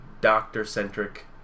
Doctor-centric